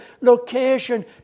location